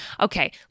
Okay